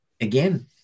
again